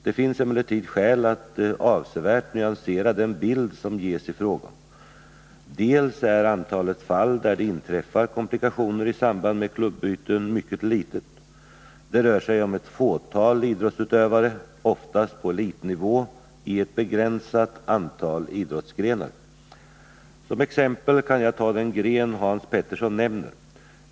Det finns emellertid skäl att avsevärt nyansera den bild som ges i frågan. Dels är antalet fall där det inträffar komplikationer i samband med klubbyten mycket litet — det rör sig om ett fåtal idrottsutövare, oftast på elitnivå — i ett begränsat antal idrottsgrenar. Som exempel kan jag ta den gren Hans Petersson nämner.